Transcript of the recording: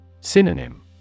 Synonym